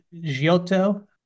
Giotto